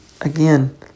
Again